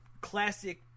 classic